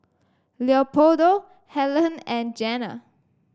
Leopoldo Hellen and Jenna